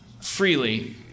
freely